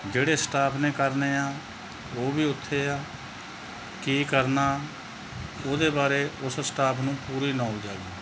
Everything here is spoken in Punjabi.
ਜਿਹੜੇ ਸਟਾਫ਼ ਨੇ ਕਰਨੇ ਆ ਉਹ ਵੀ ਉੱਥੇ ਆ ਕੀ ਕਰਨਾ ਉਹਦੇ ਬਾਰੇ ਉਸ ਸਟਾਫ਼ ਨੂੰ ਪੂਰੀ ਨੌਲੇਜ ਆ ਜੀ